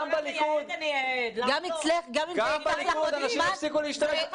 גם בליכוד אנשים הפסיקו להשתמש בזה.